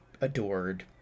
adored